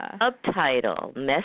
subtitle